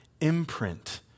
imprint